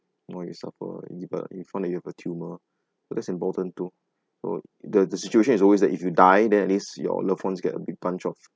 or you suffer you got you find that you have a tumour but that's important too so the the situation is always that if you die then at least your loved ones get a big bunch of